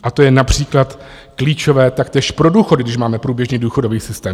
A to je například klíčové taktéž pro důchody, když máme průběžně důchodový systém.